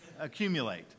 accumulate